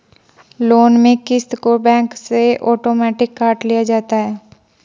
loan में क़िस्त को बैंक से आटोमेटिक काट लिया जाता है